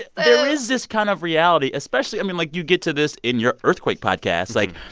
there is this kind of reality, especially i mean, like, you get to this in your earthquake podcast. like,